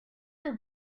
your